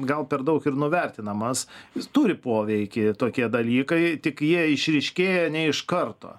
gal per daug ir nuvertinamas jis turi poveikį tokie dalykai tik jie išryškėja ne iš karto